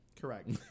Correct